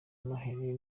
noheli